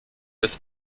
des